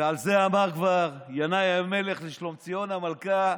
ועל זה אמר כבר ינאי המלך לשלומציון המלכה: